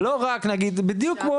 ולא רק בדיוק כמו